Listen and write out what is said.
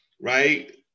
right